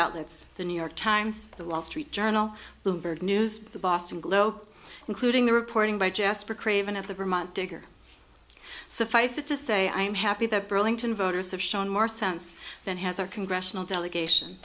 outlets the new york times the wall street journal bloomberg news the boston globe including the reporting by jasper craven of the vermont digger suffice it to say i am happy that burlington voters have shown more sense than has our congressional delegation